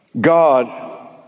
god